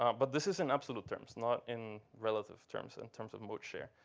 um but this is in absolute terms, not in relative terms in terms of mode share.